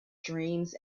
dreams